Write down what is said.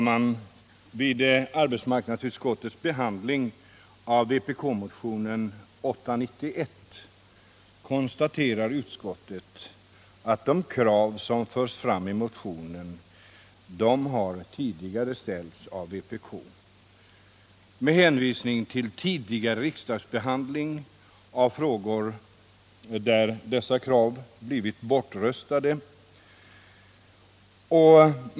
Herr talman! Vid sin behandling av vpk-motionen 891 konstaterar arbetsmarknadsutskottet att de krav som förs fram i motionen tidigare har ställts av vpk med hänvisning till tidigare riksdagsbehandling av frågor där dessa krav blivit bortröstade.